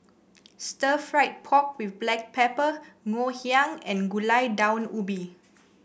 Stir Fried Pork with Black Pepper Ngoh Hiang and Gulai Daun Ubi